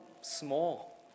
small